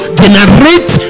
generate